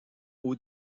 aux